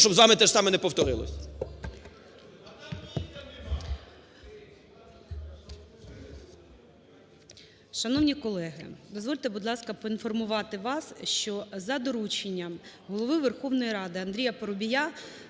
щоб з вами теж саме не повторилось. ГОЛОВУЮЧИЙ. Шановні колеги, дозвольте, будь ласка, поінформувати вас, що за дорученням Голови Верховної Ради Андрія Парубія